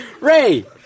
Ray